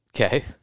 Okay